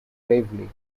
gravely